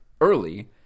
early